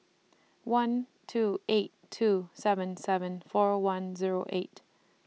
one two eight two seven seven four one Zero eight